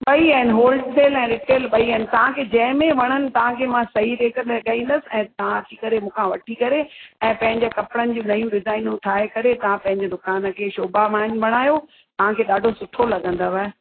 ॿई आहिनि हॉलसेल ऐं रीटेल ॿई आहिनि तव्हांखे जंहिं में वणनि तव्हांखे मां सही रेट लॻाईंदसि ऐं तव्हां अची करे मूं खां वठी करे ऐं पंहिंजे कपिड़नि जूं नयूं डिज़ाइनूं ठाहे करे तव्हां पंहिंजे दुकान खे शोभावान बणायो तव्हांखे ॾाढो सुठो लॻंदव